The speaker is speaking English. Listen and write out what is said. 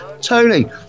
Tony